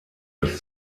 des